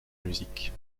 musique